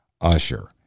Usher